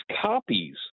copies